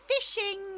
fishing